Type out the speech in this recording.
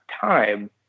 time